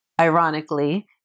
ironically